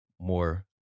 more